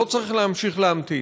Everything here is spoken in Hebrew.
לא צריך להמשיך להמתין.